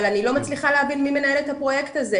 אבל אני לא מצליחה להבין מי מנהל את הפרויקט הזה.